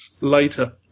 later